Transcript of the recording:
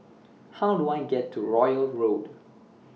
How Do I get to Royal Road